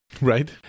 Right